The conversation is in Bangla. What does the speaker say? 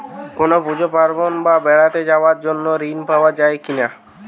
কোনো পুজো পার্বণ বা বেড়াতে যাওয়ার জন্য ঋণ পাওয়া যায় কিনা?